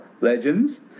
legends